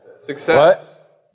success